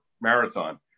marathon